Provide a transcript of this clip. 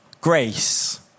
Grace